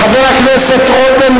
חבר הכנסת רותם,